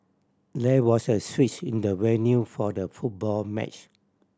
there was a switch in the venue for the football match